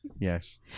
Yes